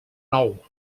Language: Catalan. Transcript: nou